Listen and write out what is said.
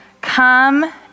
come